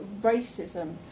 racism